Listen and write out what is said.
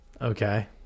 Okay